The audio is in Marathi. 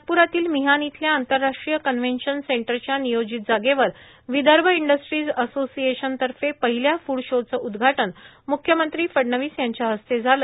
नागप्रातील मिहान इथल्या आंतरराष्ट्रीय कन्व्हेंशन सेंटरच्या नियोजित जागेवर विदर्भ इंडिस्ट्रीज असोशिएशनतर्फे पहिल्या फूड शोचं उदघाटन म्ख्यमंत्री फडणवीस यांच्या हस्ते झालं